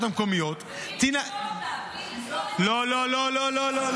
המקומיות --- בלי לשאול אותה --- לא לא לא,